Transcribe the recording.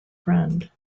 friend